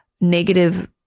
negative